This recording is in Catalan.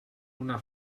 una